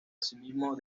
asimismo